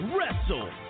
Wrestle